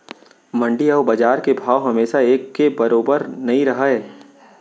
मंडी अउ बजार के भाव हमेसा एके बरोबर नइ रहय